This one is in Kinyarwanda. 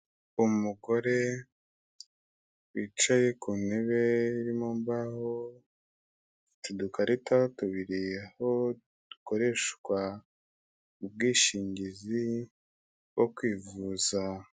Umugore wicaye ku ntebe irimo imbaho afite udukarita tubiri aho dukoreshwa mu bwishingizi bwo kwivuza.